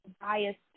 biased